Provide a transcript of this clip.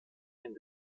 den